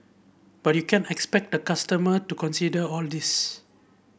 but you can't expect the customer to consider all this